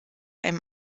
einem